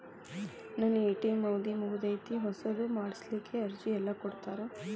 ನನ್ನ ಎ.ಟಿ.ಎಂ ಅವಧಿ ಮುಗದೈತ್ರಿ ಹೊಸದು ಮಾಡಸಲಿಕ್ಕೆ ಅರ್ಜಿ ಎಲ್ಲ ಕೊಡತಾರ?